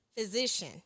physician